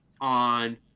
on